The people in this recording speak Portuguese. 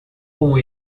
com